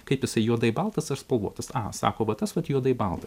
kaip jisai juodai baltas aš spalvotas sako va tasvat juodai baltas